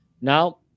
Now